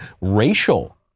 racial